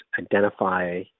identify